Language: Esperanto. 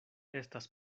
estas